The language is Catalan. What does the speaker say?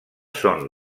són